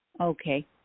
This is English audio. Okay